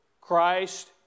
Christ